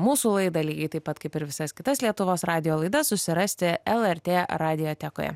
mūsų laidą lygiai taip pat kaip ir visas kitas lietuvos radijo laidas susirasti lrt radiotekoje